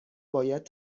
باید